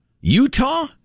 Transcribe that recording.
Utah